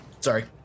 Sorry